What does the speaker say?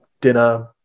dinner